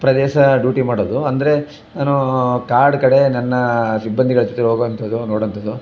ಪ್ರದೇಶ duty ಮಾಡೋದು ಅಂದರೆ ನಾನು ಕಾಡು ಕಡೆ ನನ್ನ ಸಿಬ್ಬಂದಿಗಳ ಜೊತೆ ಹೋಗೋವಂಥದ್ದು ನೋಡೋವಂಥದ್ದು